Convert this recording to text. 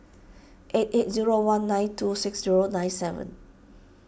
eight eight zero one nine two six zero nine seven